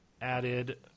added